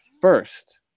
first –